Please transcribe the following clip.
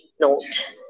note